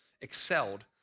excelled